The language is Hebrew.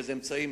אילו אמצעים,